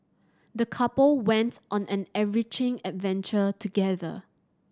the couple went on an enriching adventure together